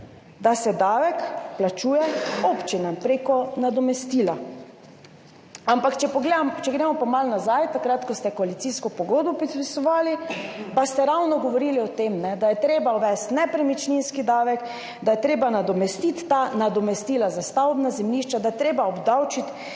da se davek plačuje občinam prek nadomestila. Ampak če gremo malo nazaj, takrat, ko ste podpisovali koalicijsko pogodbo, pa ste govorili ravno o tem, da je treba uvesti nepremičninski davek, da je treba nadomestiti ta nadomestila za stavbna zemljišča, da je treba obdavčiti